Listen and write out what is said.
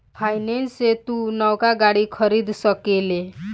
finance से तू नवका गाड़ी खरीद सकेल